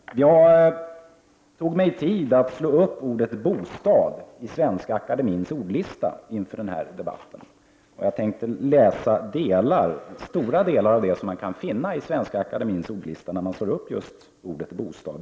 Jag tog mig tid att inför den här debatten slå upp ordet ”bostad” i Svenska akademiens ordlista. Jag tänker läsa upp stora delar av de ord som man kan finna i ordlistan.